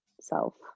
self